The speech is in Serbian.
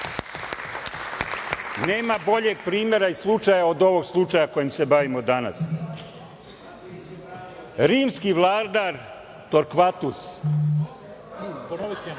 Nema boljeg primera i slučaja, od ovog slučaja kojim se bavimo danas. Rimski vladar Torkvatus